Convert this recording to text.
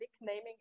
nicknaming